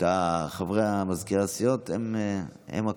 מזכירי הסיעות הם הכועסים.